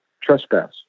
trespass